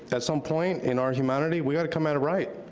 at some point in our humanity, we've gotta come at it right.